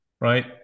Right